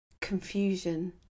confusion